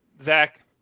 Zach